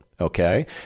Okay